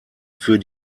für